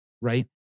right